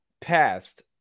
past